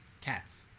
Cats